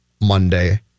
monday